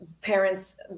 parents